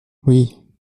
oui